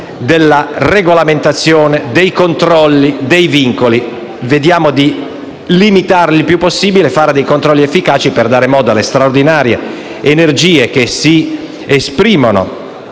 della regolamentazione, dei controlli e dei vincoli. Vediamo invece di limitarli il più possibile e di fare controlli efficaci, per dar modo alle straordinarie energie che si esprimono